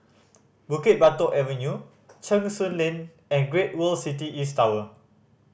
Bukit Batok Avenue Cheng Soon Lane and Great World City East Tower